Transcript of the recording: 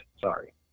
Sorry